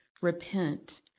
Repent